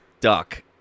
duck